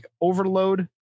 overload